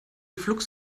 flux